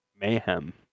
mayhem